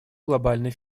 глобальной